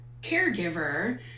caregiver